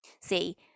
See